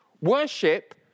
Worship